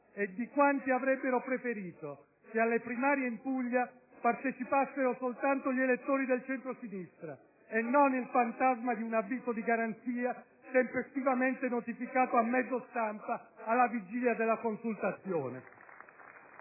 Di quanti avrebbero preferito che alle primarie in Puglia partecipassero soltanto gli elettori del centrosinistra, e non il fantasma di un avviso di garanzia tempestivamente notificato a mezzo stampa alla vigilia della consultazione.